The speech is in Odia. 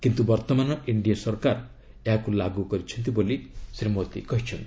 କିନ୍ତୁ ବର୍ଭମାନ ଏନ୍ଡିଏ ସରକାର ଏହାକୁ ଲାଗୁ କରିଛନ୍ତି ବୋଲି ଶ୍ରୀ ମୋଦି କହିଛନ୍ତି